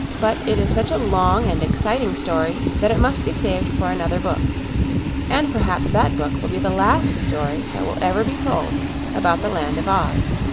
but it is such a long and exciting story that it must be saved for another book and perhaps that book will be the last story that will ever be told about the land of oz.